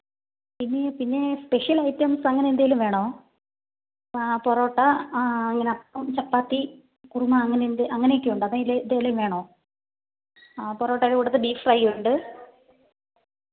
പിന്നെ പിന്നെ special items അങ്ങനെ എന്തെങ്കിലും വേണോ പൊറോട്ട ഇങ്ങനെയപ്പം ചപ്പാത്തി കുറുമ അങ്ങനെയെന്തേ അങ്ങനെയൊക്കെയുണ്ട് അപ്പം ഇതിൽ ഏതെങ്കിലും വേണോ പൊറോട്ടയുടെ കൂട്ടത്തിൽ ബീഫ് ഫ്രൈയുണ്ട്